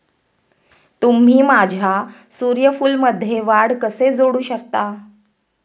तुम्ही माझ्या सूर्यफूलमध्ये वाढ कसे जोडू शकता?